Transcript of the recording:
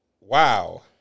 wow